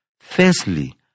Firstly